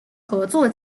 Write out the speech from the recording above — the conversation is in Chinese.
合作